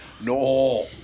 No